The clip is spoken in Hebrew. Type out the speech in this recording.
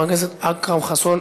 חברת הכנסת עאידה תומא סלימאן,